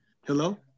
Hello